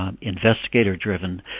investigator-driven